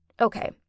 okay